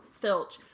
Filch